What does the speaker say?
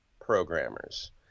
programmers